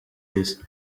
isi